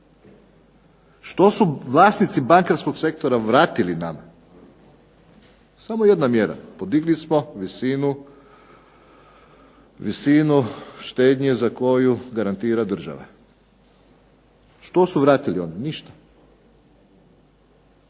Što su vlasnici bankarskog sektora vratili nama? Samo jedna mjera, podigli smo visinu štednje za koju garantira država. Što su vratili oni? Ništa.